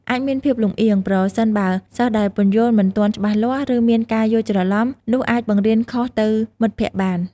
អាចមានភាពលំអៀង ប្រសិនបើសិស្សដែលពន្យល់មិនទាន់ច្បាស់លាស់ ឬមានការយល់ច្រឡំ នោះអាចបង្រៀនខុសទៅមិត្តភក្តិបាន។